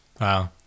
wow